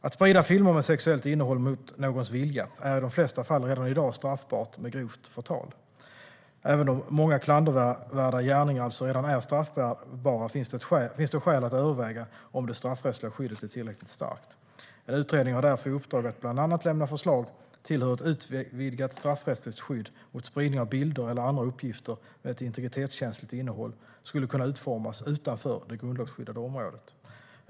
Att sprida filmer med sexuellt innehåll mot någons vilja är i de flesta fall redan i dag straffbart som grovt förtal. Även om många klandervärda gärningar alltså redan är straffbara finns det skäl att överväga om det straffrättsliga skyddet är tillräckligt starkt. En utredning har därför i uppdrag att bland annat lämna förslag till hur ett utvidgat straffrättsligt skydd mot spridning av bilder eller andra uppgifter med ett integritetskänsligt innehåll skulle kunna utformas utanför det grundlagsskyddade området.